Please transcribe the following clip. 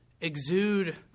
exude